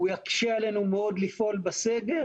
הוא יקשה עלינו מאוד לפעול בסגר.